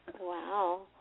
Wow